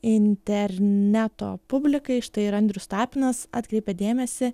interneto publikai štai ir andrius tapinas atkreipė dėmesį